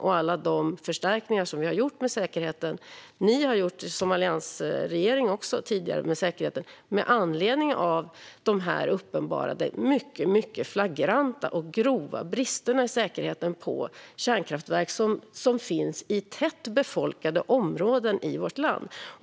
Inte heller nämner hon alla de förstärkningar av säkerheten som både alliansregeringen och vi gjorde med anledning av de här mycket flagranta och grova bristerna i säkerheten på kärnkraftverk i tätt befolkade områden i vårt land.